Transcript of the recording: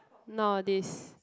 nowadays